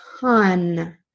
ton